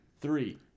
three